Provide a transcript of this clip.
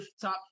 top